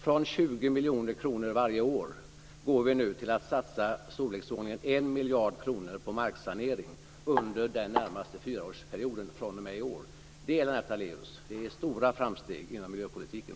Från 20 miljoner kronor varje år går vi nu till att satsa i storleksordningen 1 miljard kronor på marksanering under den närmaste fyraårsperioden fr.o.m. i år. Det, Lennart Daléus, är stora framsteg inom miljöpolitiken.